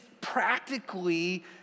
practically